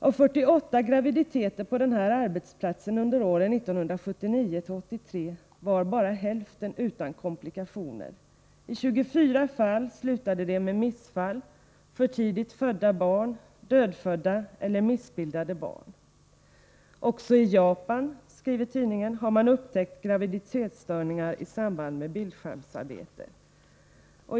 Av 48 graviditeter på den här arbetsplatsen under åren 1979-1983 var bara hälften utan komplikationer. I 24 fall slutade de med missfall, för tidigt födda barn, dödfödda eller missbildade barn. Också i Japan har man upptäckt graviditetsstörningar i samband med bildskärmsarbete”.